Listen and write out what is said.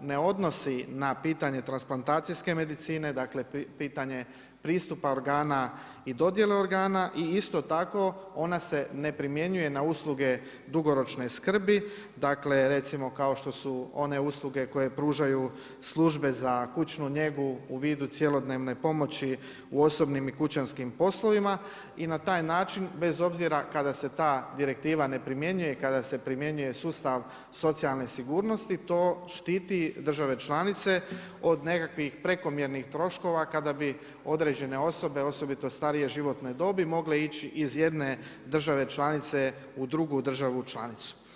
ne odnosi na pitanje transplantacijske medicine, dakle pitanje, pristupa organa i dodjele organa i isto tako, ona se ne primjenjuje na usluge dugoročne skrbi, dakle kao što su one usluge koje pružaju službe za kućnu njegu u vidu cjelodnevne pomoći u osobnim i kućanskim poslovima, i na taj način bez obzira kada se ta direktiva ne primjenjuje, kada se primjenjuje sustav socijalne sigurnosti, to štiti države članice od nekakvih prekomjernih troškova, kada bi određene osobe, osobito starije životne dobi, mogle ići iz jedne države članice, u drugu državu članicu.